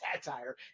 satire